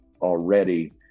already